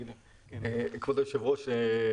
כבוד היושב-ראש,